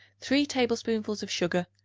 three tablespoonfuls of sugar,